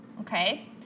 Okay